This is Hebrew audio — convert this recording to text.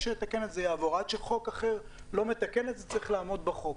עד שחוק אחר לא מתקן את זה, צריך לעמוד בחוק.